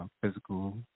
physical